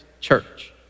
church